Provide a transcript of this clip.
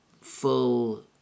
full